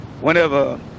whenever